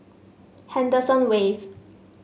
Henderson Wave